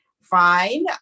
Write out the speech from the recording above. Fine